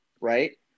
right